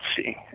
see